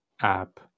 app